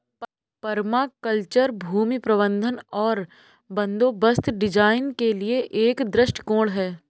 permaculture भूमि प्रबंधन और बंदोबस्त डिजाइन के लिए एक दृष्टिकोण है